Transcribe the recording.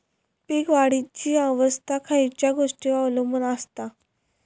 पीक वाढीची अवस्था खयच्या गोष्टींवर अवलंबून असता?